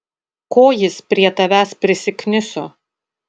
ko jis prie tavęs prisikniso